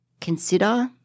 consider